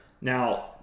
Now